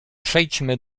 przejdźmy